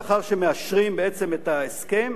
לאחר שמאשרים בעצם את ההסכם,